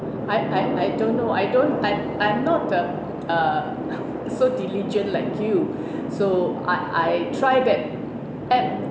I I I don't know I don't I'm not um uh so diligent like you so I I try that at